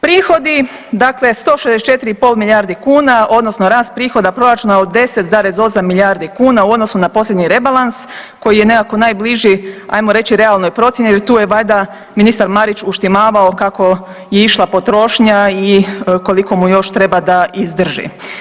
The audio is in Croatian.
Prihodi dakle 164 i pol milijarde kuna, odnosno rast prihoda proračuna od 10,8 milijardi kuna u odnosu na posljednji rebalans koji je nekako najbliži hajmo reći realnoj procjeni jer tu je valjda ministar Marić uštimavao kako je išla realna potrošnja i koliko mu još treba da izdrži.